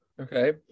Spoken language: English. okay